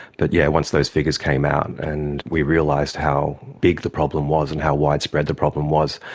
but yeah once those figures came out and we realised how big the problem was and how widespread the problem was,